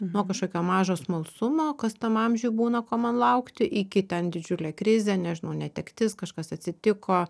nuo kažkokio mažo smalsumo kas tam amžiuj būna ko man laukti iki ten didžiulė krizė nežinau netektis kažkas atsitiko